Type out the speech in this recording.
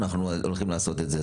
שאנחנו הולכים לעשות את זה.